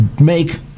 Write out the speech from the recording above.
make